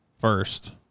first